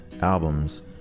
albums